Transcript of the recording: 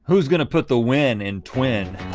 who's gonna put the win in twin?